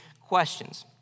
questions